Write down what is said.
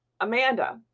Amanda